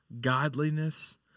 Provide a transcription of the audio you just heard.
godliness